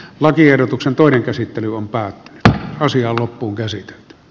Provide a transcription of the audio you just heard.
lakiehdotuksen toinen käsittely on päättynyt ja asia on loppuun kärsit